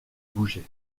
bouger